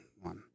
one